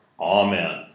Amen